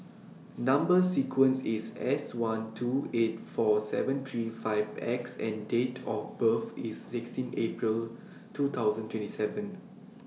Number sequence IS S one two eight four seven three five X and Date of birth IS sixteen April two thousand twenty seven